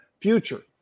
future